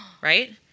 Right